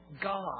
God